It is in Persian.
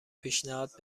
پیشنهاد